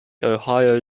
ohio